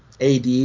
ad